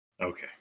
Okay